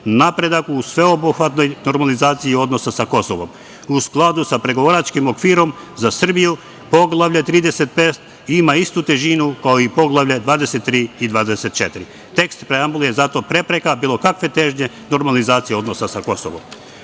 napredak u sveobuhvatnoj normalizaciji odnosa sa Kosovom.U skladu sa pregovaračkim okvirom za Srbiju, Poglavlje 35 ima istu težinu kao i Poglavlja 23 i 24.Tekst preambule je zato prepreka bilo kakve težnje normalizacije odnosa sa Kosovom. Osnovni